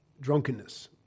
Drunkenness